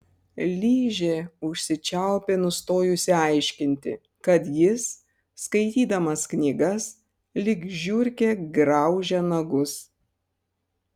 ližė užsičiaupė nustojusi aiškinti kad jis skaitydamas knygas lyg žiurkė graužia nagus